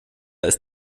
ist